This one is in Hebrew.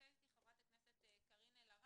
נמצאת איתי חברת הכנסת קארין אלהרר.